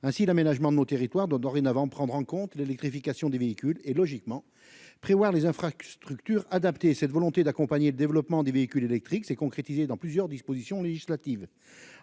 ainsi l'aménagement de nos territoires donc dorénavant prendre en compte l'électrification des véhicules et, logiquement, prévoir les infrastructures adaptées et cette volonté d'accompagner le développement des véhicules électriques s'est concrétisé dans plusieurs dispositions législatives